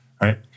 right